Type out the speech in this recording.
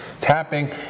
tapping